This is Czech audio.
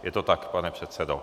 Je to tak, pane předsedo?